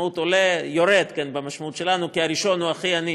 המשמעות של עולה היא יורד, כי הראשון הוא הכי עני.